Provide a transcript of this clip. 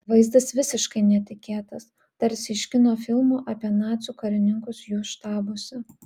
vaizdas visiškai netikėtas tarsi iš kino filmų apie nacių karininkus jų štabuose